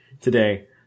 today